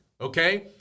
okay